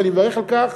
ואני מברך על כך,